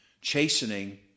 Chastening